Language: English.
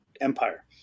Empire